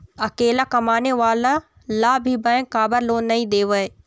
अकेला कमाने वाला ला भी बैंक काबर लोन नहीं देवे?